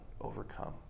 overcome